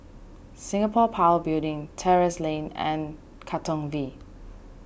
Singapore Power Building Terrasse Lane and Katong V